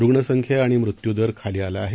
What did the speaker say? रुग्ण संख्या आणि मृत्यू दर खाली आला आहे